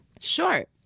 Sure